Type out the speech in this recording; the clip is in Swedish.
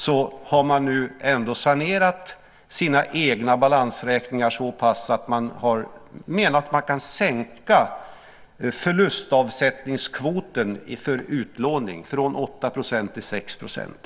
Nu har man ändå sanerat sina egna balansräkningar så pass att man menat att man kan sänka förlustavsättningskvoten för utlåning från 8 % till 6 %.